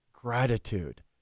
gratitude